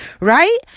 right